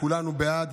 כולנו בעד.